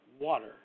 water